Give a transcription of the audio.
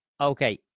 Okay